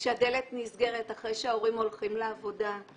כשהדלת נסגרת אחרי שההורים הולכים לעבודה,